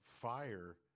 fire